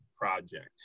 project